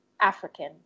African